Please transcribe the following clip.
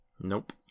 Nope